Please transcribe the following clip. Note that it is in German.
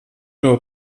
nur